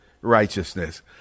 righteousness